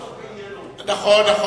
נכון.